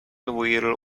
will